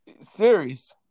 Serious